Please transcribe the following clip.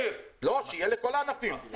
שיהיה לכל הענפים.